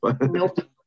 Nope